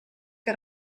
que